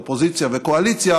אופוזיציה וקואליציה,